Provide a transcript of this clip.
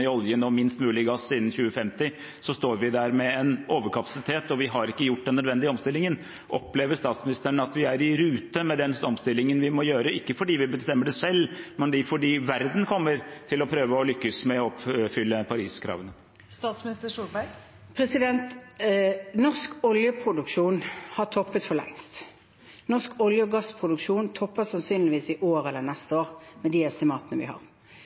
i oljen og minst mulig gass innen 2050 – står vi der med en overkapasitet og har ikke gjort den nødvendige omstillingen? Opplever statsministeren at vi er i rute med den omstillingen vi må gjøre – ikke fordi vi bestemmer det selv, men fordi verden kommer til å prøve å lykkes med å oppfylle Paris-kravene? Norsk oljeproduksjon har toppet for lengst. Norsk olje- og gassproduksjon topper sannsynligvis i år eller neste år, med de estimatene vi har.